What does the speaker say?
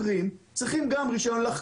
על מנת שכל חוקר שרוצה להגיש את